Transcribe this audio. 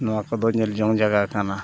ᱱᱚᱣᱟ ᱠᱚᱫᱚ ᱧᱮᱞᱡᱚᱝ ᱡᱟᱭᱜᱟ ᱠᱟᱱᱟ